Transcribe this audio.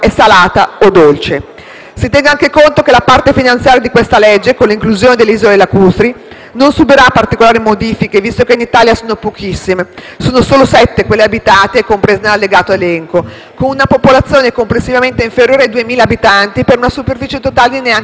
Si tenga anche conto che la parte finanziaria di questa legge, con l'inclusione delle isole lacustri, non subirà particolari modifiche, visto che in Italia sono pochissime (sono solo sette quelle abitate e comprese nell'elenco allegato), con una popolazione complessivamente inferiore ai 2.000 abitanti, per una superficie totale di neanche 14 chilometri quadrati.